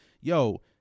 yo